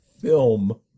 film